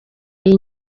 iyi